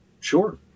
Sure